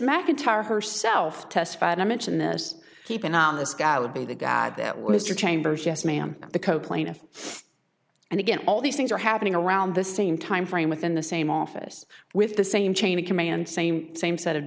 macintyre herself testified i mentioned this keep in on this guy would be the guy that was your chambers yes ma'am the co plaintiff and again all these things are happening around the same timeframe within the same office with the same chain of command same same set of